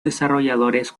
desarrolladores